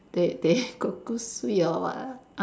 they they kuih kosui or what ah